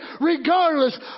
Regardless